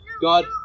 God